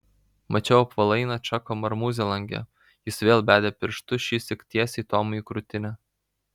mačiau apvalainą čako marmūzę lange jis vėl bedė pirštu šįsyk tiesiai tomui į krūtinę